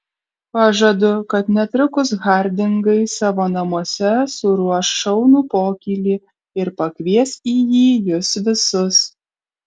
pažadu kad netrukus hardingai savo namuose suruoš šaunų pokylį ir pakvies į jį jus visus